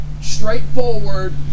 straightforward